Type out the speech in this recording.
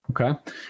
Okay